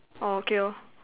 orh okay lor